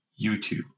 YouTube